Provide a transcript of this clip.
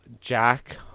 Jack